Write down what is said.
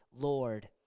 Lord